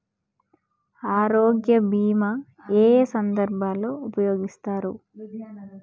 ఆరోగ్య బీమా ఏ ఏ సందర్భంలో ఉపయోగిస్తారు?